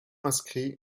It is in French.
inscrit